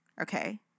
Okay